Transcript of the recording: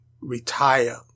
Retire